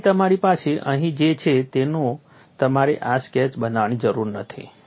તેથી તમારી પાસે અહીં જે છે તેનો તમારે આ સ્કેચ બનાવવાની જરૂર નથી